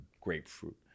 grapefruit